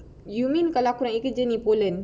you mean kalau aku nak kerja ini di pollen